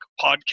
podcast